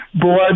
Blood